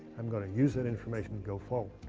i'm going to use that information go forward.